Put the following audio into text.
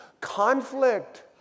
conflict